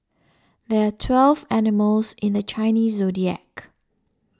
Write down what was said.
there are twelve animals in the Chinese zodiac